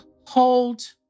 hold